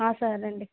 సరే రండి